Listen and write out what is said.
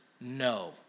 no